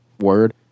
word